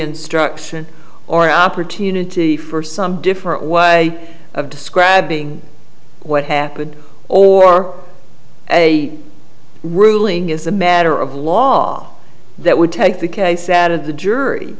instruction or opportunity for some different way of describing what happened or a ruling is a matter of law that would take the case out of the jury